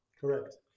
Correct